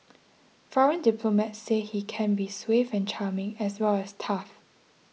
foreign diplomats say he can be suave and charming as well as tough